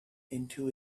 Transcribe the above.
into